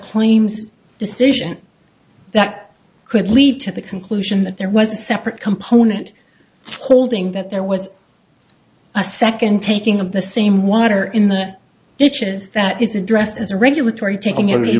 claims decision that could lead to the conclusion that there was a separate component holding that there was a second taking of the same water in the ditches that is address